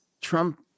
Trump